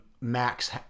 max